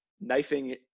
knifing